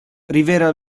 rivela